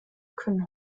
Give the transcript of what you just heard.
können